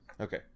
Okay